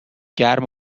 گرم